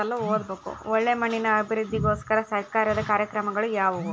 ಒಳ್ಳೆ ಮಣ್ಣಿನ ಅಭಿವೃದ್ಧಿಗೋಸ್ಕರ ಸರ್ಕಾರದ ಕಾರ್ಯಕ್ರಮಗಳು ಯಾವುವು?